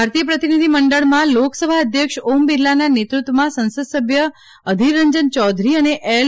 ભારતીય પ્રતિનિધિ મંડળમાં લોકસભા અધ્યક્ષ ઓમ બિરલાના નેતૃત્વમાં સંસદસભ્ય અધિર રંજન ચૌધરી અને એલ